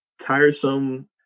Tiresome